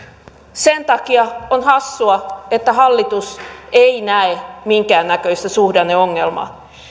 sen takia on hassua että hallitus ei näe minkäännäköistä suhdanneongelmaa